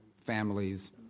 families